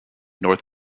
north